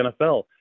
NFL